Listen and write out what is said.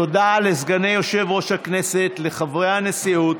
תודה לסגני יושב-ראש הכנסת, לחברי הנשיאות,